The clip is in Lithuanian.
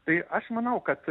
tai aš manau kad